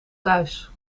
thuis